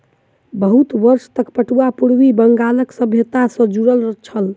बहुत वर्ष तक पटुआ पूर्वी बंगालक सभ्यता सॅ जुड़ल छल